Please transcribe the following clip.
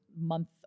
month